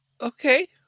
Okay